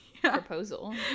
Proposal